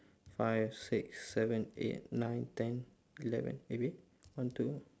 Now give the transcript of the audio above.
five six seven eight nine ten eleven eh wait one two